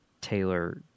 Taylor